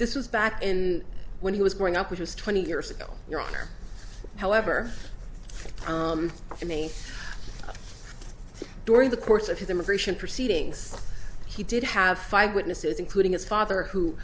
this was back and when he was growing up which was twenty years ago your honor however to me during the course of his immigration proceedings he did have five witnesses including his father who